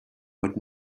but